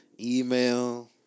email